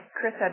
Chris